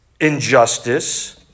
injustice